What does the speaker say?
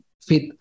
fit